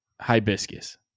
Hibiscus